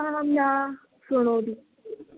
अहं न श्रुणोमि